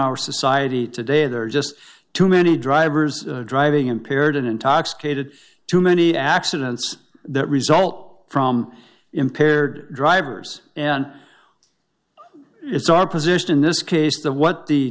our society today there are just too many drivers driving impaired and intoxicated too many accidents that result from impaired drivers and it's our position in this case that what the